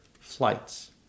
flights